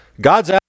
God's